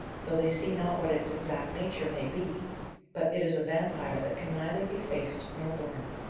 though they see not what its exact nature may be but it is a vampire that can neither be faced nor borne.